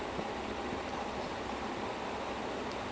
oh did you watch Theeran Adhigaaram Ondru athikaaram ondru